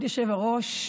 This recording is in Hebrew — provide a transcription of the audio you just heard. כבוד היושב-ראש,